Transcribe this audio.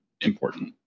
important